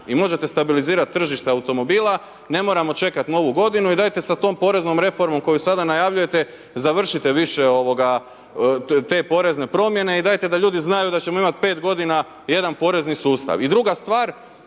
i možete stabilizirat tržište automobila, ne moramo čekat Novu godinu i dajte sa tom poreznom reformom koju sada najavljujete završite više te porezne promjene i dajte da ljudi znaju da ćemo imati 5 g. jedan porezni sustav. I druga stvar,